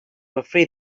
afraid